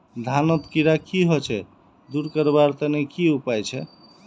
धानोत कीड़ा की होचे दूर करवार तने की उपाय छे?